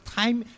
time